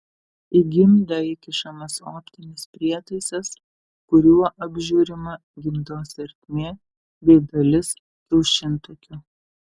į gimdą įkišamas optinis prietaisas kuriuo apžiūrima gimdos ertmė bei dalis kiaušintakių